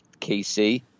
KC